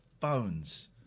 phones